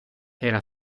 era